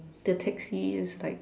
the taxi is like